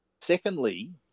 Secondly